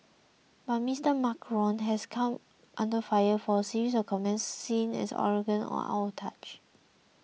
but Mr Macron has come under fire for a series of comments seen as arrogant or out of touch